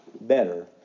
better